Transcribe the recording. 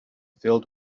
filled